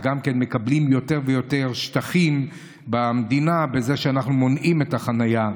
כך גם מקבלים יותר ויותר שטחים במדינה בכך שאנחנו מונעים את החנייה.